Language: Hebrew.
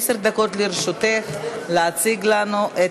אנחנו כרגע בודקים אם להעלות את הצעת החוק